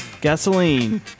Gasoline